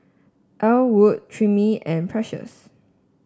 Ellwood Timmie and Precious